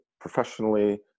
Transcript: professionally